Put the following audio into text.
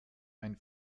ein